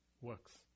works